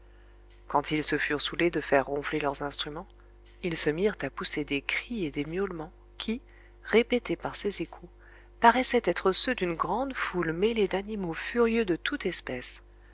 quand ils se furent soûlés de faire ronfler leurs instruments ils se mirent à pousser des cris et des miaulements qui répétés par ces échos paraissaient être ceux d'une grande foule mêlée d'animaux furieux de toute espèce